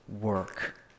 work